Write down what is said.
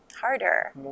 Harder